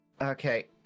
Okay